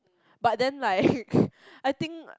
but then like I think